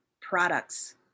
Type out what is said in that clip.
products